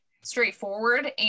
straightforward